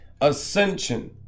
Ascension